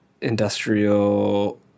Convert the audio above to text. industrial